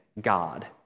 God